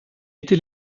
était